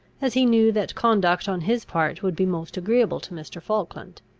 as he knew that conduct on his part would be most agreeable to mr. falkland.